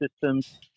systems